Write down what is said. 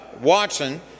Watson